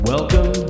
Welcome